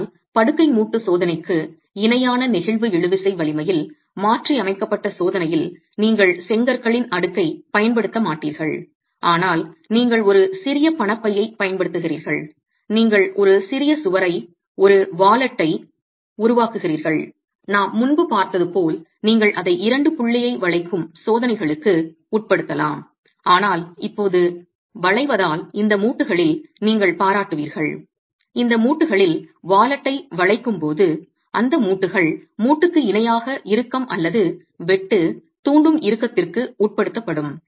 ஆனால் படுக்கை மூட்டு சோதனைக்கு இணையான நெகிழ்வு இழுவிசை வலிமையில் மாற்றியமைக்கப்பட்ட சோதனையில் நீங்கள் செங்கற்களின் அடுக்கை பயன்படுத்த மாட்டீர்கள் ஆனால் நீங்கள் ஒரு சிறிய பணப்பையை பயன்படுத்துகிறீர்கள் நீங்கள் ஒரு சிறிய சுவரை ஒரு பணப்பையை உருவாக்குகிறீர்கள் நாம் முன்பு பார்த்தது போல் நீங்கள் அதை இரண்டு புள்ளியை வளைக்கும் சோதனைகளுக்கு உட்படுத்தலாம் ஆனால் இப்போது வளைவதால் இந்த மூட்டுகளில் நீங்கள் பாராட்டுவீர்கள் இந்த மூட்டுகளில் பணப்பையை வளைக்கும்போது அந்த மூட்டுகள் மூட்டுக்கு இணையாக இறுக்கம் அல்லது வெட்டு தூண்டும் இறுக்கத்திற்கு உட்படுத்தப்படும்